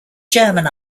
german